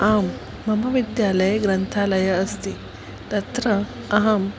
आं मम विद्यालये ग्रन्थालयः अस्ति तत्र अहं